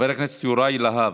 חבר הכנסת יוראי להב,